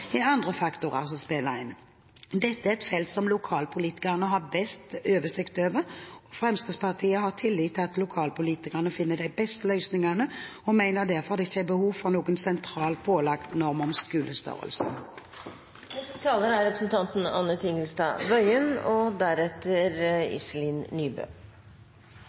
er andre faktorer som spiller inn. Dette er felt som lokalpolitikerne har best oversikt over. Fremskrittspartiet har tillit til at lokalpolitikerne finner de beste løsningene, og mener derfor at det ikke er behov for noen sentralt pålagt norm om